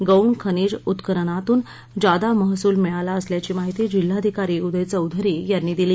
गौण खनिज उत्खननातून जादा महसूल मिळाला असल्याची माहिती जिल्हाधिकारी उदय चौधरी यांनी दिली